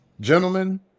gentlemen